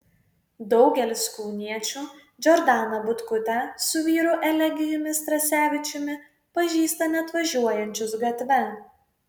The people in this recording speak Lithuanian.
daugelis kauniečių džordaną butkutę su vyru elegijumi strasevičiumi pažįsta net važiuojančius gatve